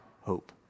hope